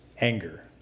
anger